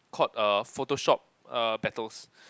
called err photoshop err battles